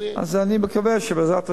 אז אני מקווה שבעזרת השם,